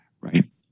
Right